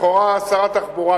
לכאורה שר התחבורה,